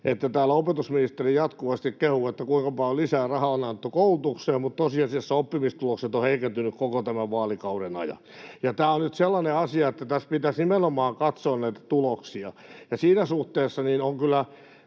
että täällä opetusministeri jatkuvasti kehuu, kuinka paljon lisää rahaa on annettu koulutukseen, mutta tosiasiassa oppimistulokset ovat heikentyneet koko tämän vaalikauden ajan. Tämä on nyt sellainen asia, että tässä pitäisi nimenomaan katsoa tuloksia. Siinä suhteessa on kyllä